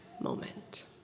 moment